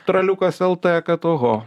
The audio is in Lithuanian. traliukas lt kad oho